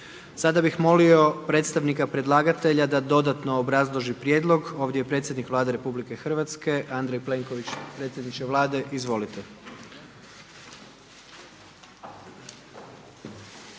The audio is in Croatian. Sada bih molio predstavnika predlagatelja da dodatno obrazloži prijedlog. Ovdje je predsjednik Vlade RH Andrej Plenković, predsjedniče Vlade izvolite.